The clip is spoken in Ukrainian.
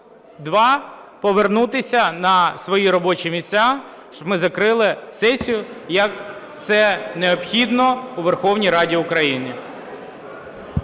два повернутися на свої робочі місця, щоб ми закрили сесію, як це необхідно у Верховній Раді України.